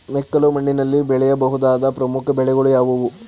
ಮೆಕ್ಕಲು ಮಣ್ಣಿನಲ್ಲಿ ಬೆಳೆಯ ಬಹುದಾದ ಪ್ರಮುಖ ಬೆಳೆಗಳು ಯಾವುವು?